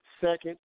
Second